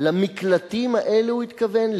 למקלטים האלה הוא התכוון?